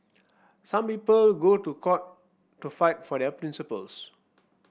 some people go to court to fight for their principles